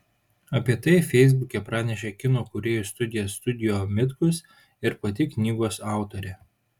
apie tai feisbuke pranešė kino kūrėjų studija studio mitkus ir pati knygos autorė